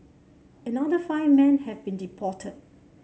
another five men have been deported